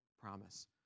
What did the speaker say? promise